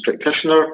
practitioner